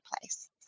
place